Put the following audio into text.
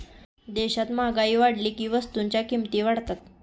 देशात महागाई वाढली की वस्तूंच्या किमती वाढतात